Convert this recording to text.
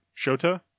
Shota